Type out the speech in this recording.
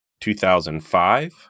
2005